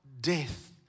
death